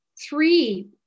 three